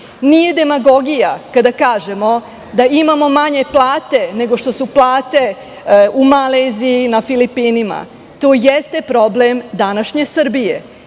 Nije demagogija kada kažemo da imamo manje plate, nego što su plate u Maleziji, na Filipinima. To jeste problem današnje Srbije. Zato,